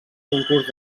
concurs